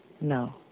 No